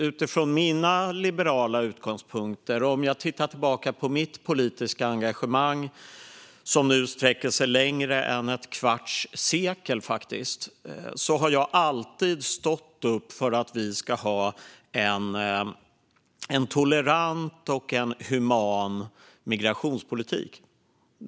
Utifrån mina liberala utgångspunkter, om jag tittar tillbaka på mitt politiska engagemang som nu sträcker sig längre än ett kvarts sekel, har jag alltid stått upp för att vi ska ha en tolerant och human migrationspolitik.